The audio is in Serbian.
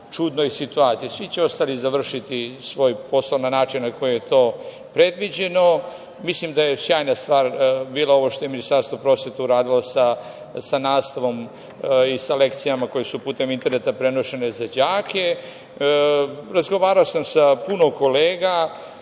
čudnoj situaciji. Svi će ostali završiti svoj posao na način na koji je to predviđeno. Mislim da je sjajna stvar bila ovo što je Ministarstvo prosvete uradilo sa nastavom i sa lekcijama koje su putem interneta prenošene za đake. Razgovarao sam sa puno kolega.